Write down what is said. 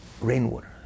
rainwater